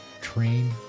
train